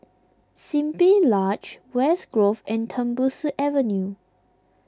Simply Lodge West Grove and Tembusu Avenue